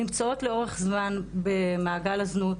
שנמצאות לאורך זמן במעגל הזנות